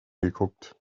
geguckt